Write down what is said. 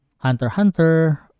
hunter-hunter